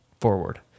forward